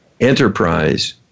enterprise